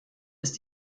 ist